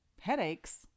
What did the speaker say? Headaches